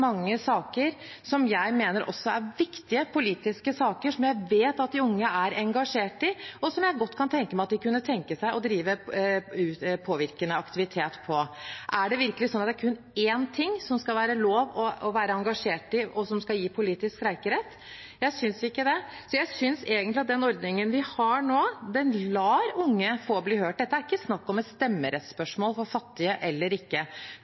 mange saker som jeg mener også er viktige politiske saker, som jeg vet at de unge er engasjert i, og som jeg godt kan tenke meg at de kunne tenke seg å drive påvirkende aktivitet for. Er det virkelig sånn at det er kun én ting som det skal være lov å være engasjert i, og som skal gi politisk streikerett? Jeg synes ikke det, så jeg synes egentlig at den ordningen vi har nå, lar unge få bli hørt. Dette er ikke snakk om et spørsmål om stemmerett for fattige eller ikke.